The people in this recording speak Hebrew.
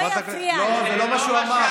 חברת הכנסת, זה לא מה שהוא אמר.